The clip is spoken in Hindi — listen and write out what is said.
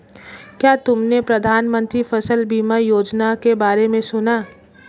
क्या तुमने प्रधानमंत्री फसल बीमा योजना के बारे में सुना?